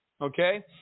okay